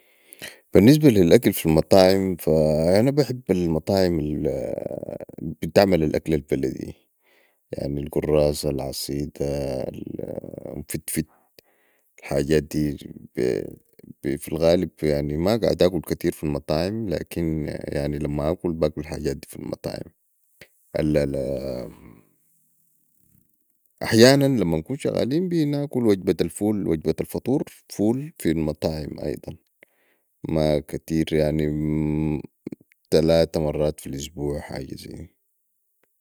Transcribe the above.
بي النسبة لي الاكل في المطاعم أنا بحب المطاعم البتعمل الاكل البلدي يعني القراصه العصيده ام فتفت الحجات دي في الغالب ماقعد أكل كتير في المطاعم لكن لم آكل باكل الحجات دي في المطاعم أحيانا لمن نكون شغالين بناكل وجبت الفطور في المطاعم فول أيضا ما كتير يعني زي تلات مرات في الأسبوع حاجه زي دي